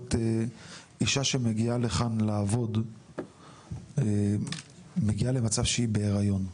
נסיבות אישה שמגיעה לכאן לעבוד מגיעה למצב שהיא בהריון?